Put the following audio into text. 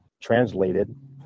translated